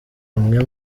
umwe